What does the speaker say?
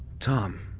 tom,